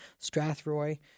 Strathroy